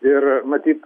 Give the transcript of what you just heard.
ir matyt